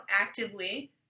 actively